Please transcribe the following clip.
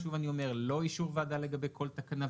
שוב לא אישור ועדה לגבי כל תקנה,